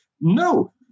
No